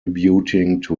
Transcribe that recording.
new